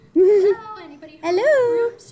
hello